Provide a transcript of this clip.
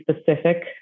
specific